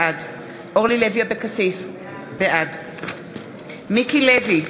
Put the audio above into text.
בעד אורלי לוי אבקסיס, בעד מיקי לוי,